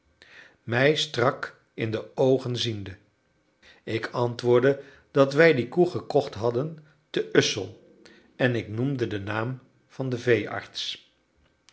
mij strak in de oogen ziende ik antwoordde dat wij die koe gekocht hadden te ussel en ik noemde den naam van den veearts